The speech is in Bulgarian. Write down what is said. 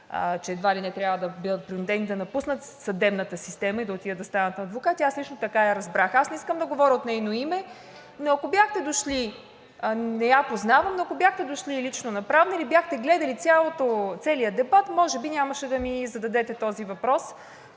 че едва ли не трябва да бъдат принудени да напуснат съдебната система и да отидат и да станат адвокати – аз лично така я разбрах. Аз не искам да говоря от нейно име, но ако бяхте дошли – не я познавам, но ако бяхте дошли лично на Правна, или бяхте гледали целия дебат, може би нямаше да ми зададете този въпрос.